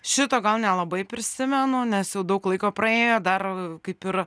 šito gal nelabai prisimenu nes jau daug laiko praėjo dar kaip ir